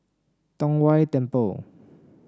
Tong Whye Temple